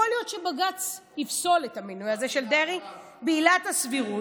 יכול להיות שבג"ץ יפסול את המינוי הזה של דרעי בעילת הסבירות.